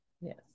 Yes